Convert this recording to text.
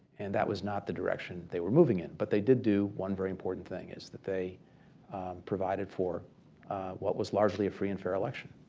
and that was not the direction they were moving in. but they did do one very important thing is that they provided for what was largely a free and fair election.